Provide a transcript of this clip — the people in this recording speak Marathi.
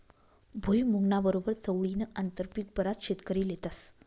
भुईमुंगना बरोबर चवळीनं आंतरपीक बराच शेतकरी लेतस